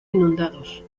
inundados